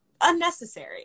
unnecessary